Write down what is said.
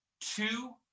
two